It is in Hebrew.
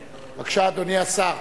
בבקשה, אדוני השר.